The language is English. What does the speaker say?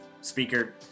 speaker